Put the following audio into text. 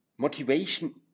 Motivation